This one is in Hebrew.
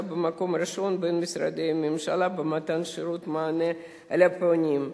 במקום הראשון בין משרדי הממשלה במתן שירות ומענה לפונים.